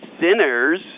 sinners